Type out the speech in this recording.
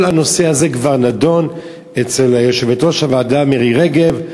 כל הנושא הזה כבר נדון אצל יושבת-ראש הוועדה מירי רגב,